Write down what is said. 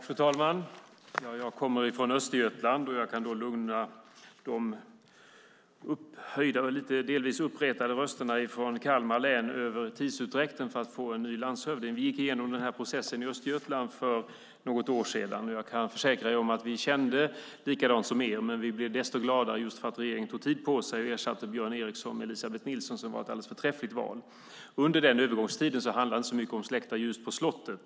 Fru talman! Jag kommer från Östergötland, och jag kan lugna de höjda och delvis uppretade rösterna från Kalmar län i fråga om tidsutdräkten för att få en ny landshövding. Vi gick igenom den här processen i Östergötland för något år sedan. Jag kan försäkra er att vi kände likadant, men vi blev desto gladare just för att regeringen tog tid på sig och ersatte Björn Eriksson med Elisabeth Nilsson. Det var ett alldeles förträffligt val. Under den övergångstiden handlade det inte så mycket om släckta ljus på slottet.